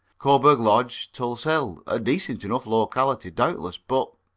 coburg lodge, tulse hill. a decent enough locality, doubtless but